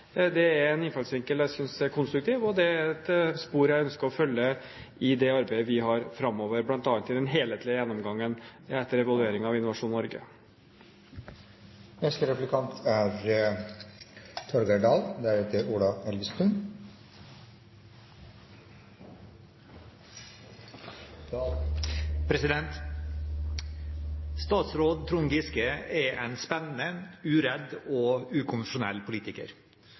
Det er en innfallsvinkel jeg synes er konstruktiv, og det er et spor jeg ønsker å følge i det arbeidet vi har framover, bl.a. i den helhetlige gjennomgangen etter evalueringen av Innovasjon Norge. Statsråd Trond Giske er en spennende, uredd og ukonvensjonell politiker,